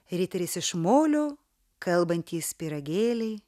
riteris iš molio kalbantys pyragėliai